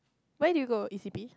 where did you go e_c_p